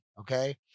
okay